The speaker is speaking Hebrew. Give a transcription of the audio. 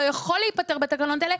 לא יכול להיפתר בתקנות האלה.